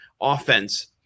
offense